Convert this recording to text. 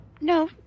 No